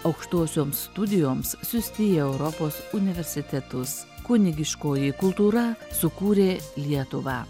aukštosioms studijoms siųsti į europos universitetus kunigiškoji kultūra sukūrė lietuvą